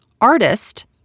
artist